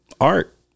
Art